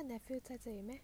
他 nephew 在这里 meh